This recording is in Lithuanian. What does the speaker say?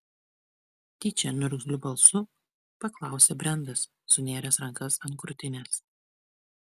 tyčia niurgzliu balsu paklausė brendas susinėręs rankas ant krūtinės